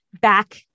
back